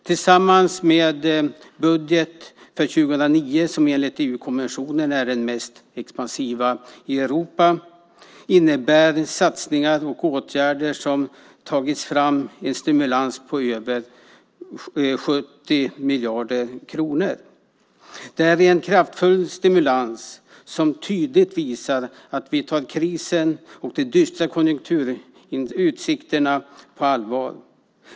Tillsammans med budgeten för 2009, som enligt EU-kommissionen är den mest expansiva i Europa, innebär de satsningar och åtgärder som tagits fram en stimulans på över 70 miljarder kronor. Det är en kraftfull stimulans som tydligt visar att vi tar krisen och de dystra konjunkturutsikterna på allvar.